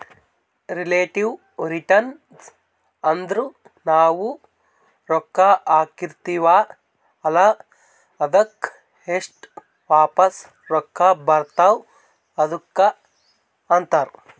relative return ಅಂದುರ್ ನಾವು ರೊಕ್ಕಾ ಹಾಕಿರ್ತಿವ ಅಲ್ಲಾ ಅದ್ದುಕ್ ಎಸ್ಟ್ ವಾಪಸ್ ರೊಕ್ಕಾ ಬರ್ತಾವ್ ಅದುಕ್ಕ ಅಂತಾರ್